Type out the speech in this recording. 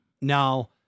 Now